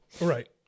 right